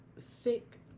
thick